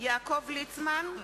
יעקב ליצמן,